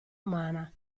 umana